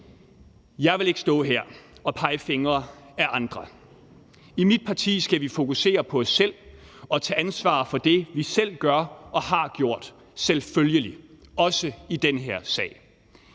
Jeg vil ikke stå her og pege fingre ad andre. I mit parti skal vi fokusere på os selv og tage ansvar for det, vi selv gør og har gjort – selvfølgelig også i den her sag.